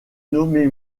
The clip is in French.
nommée